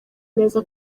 neza